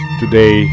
today